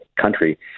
country